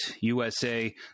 USA